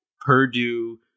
Purdue